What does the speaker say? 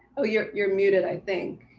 oh, you're you're muted i think.